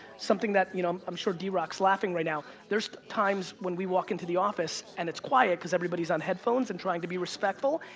something that, you know, i'm sure drock's laughing right now. there's times when we walk into the office and it's quiet because everybody's on headphones and trying to be respectful,